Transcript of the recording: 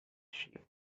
sheep